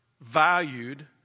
valued